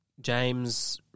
James